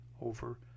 over